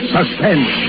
Suspense